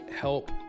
help